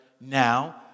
now